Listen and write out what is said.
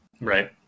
Right